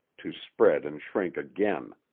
to spread and shrink again.